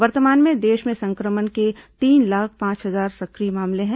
वर्तमान में देश में संक्रमण के तीन लाख पांच हजार सक्रिय मामले हैं